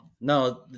no